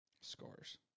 Scores